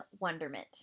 Wonderment